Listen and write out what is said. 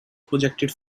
projected